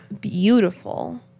beautiful